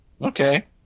Okay